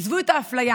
עזבו את האפליה.